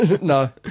No